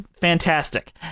fantastic